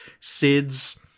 Sid's